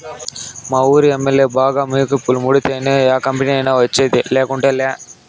మావూరి MLA బాగా మికుపులు ముడితేనే యా కంపెనీలైనా వచ్చేది, లేకుంటేలా